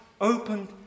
opened